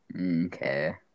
Okay